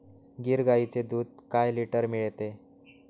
गीर गाईचे दूध काय लिटर मिळते?